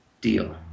deal